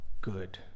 good